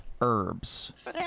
herbs